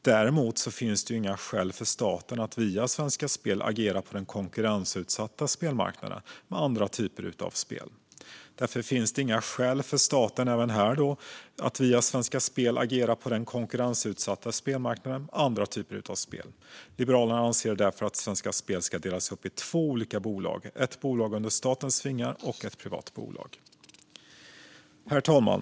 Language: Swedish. Däremot finns det inga skäl för staten att via Svenska Spel agera på den konkurrensutsatta spelmarknaden med andra typer av spel. Liberalerna anser därför att Svenska Spel ska delas upp i två olika bolag: ett bolag under statens vingar och ett privat bolag. Herr talman!